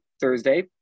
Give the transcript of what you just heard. Thursday